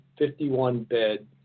51-bed